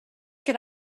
get